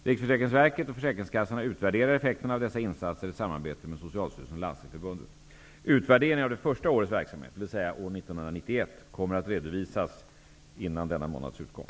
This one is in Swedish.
Riksförsäkringsverket och försäkringskassorna utvärderar effekterna av dessa insatser i samarbete med Socialstyrelsen och Landstingsförbundet. år 1991, kommer att redovisas före december månads utgång.